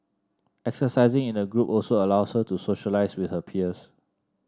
exercising in a group also allows her to socialise with her peers